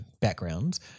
backgrounds